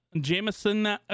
Jamison